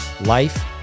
life